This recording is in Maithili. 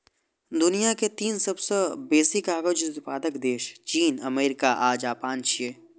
दुनिया के तीन सबसं बेसी कागज उत्पादक देश चीन, अमेरिका आ जापान छियै